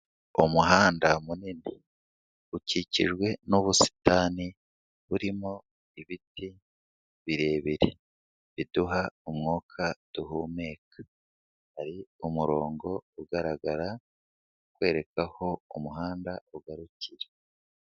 Umuhanda munini ukikijwe n'ubusitani burimo ibiti birebire biduha umwuka duhumeka, hari umurongo ugaragara ukwereka aho umuhanda ugarukira.